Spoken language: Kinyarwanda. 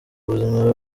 ubuzima